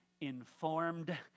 informed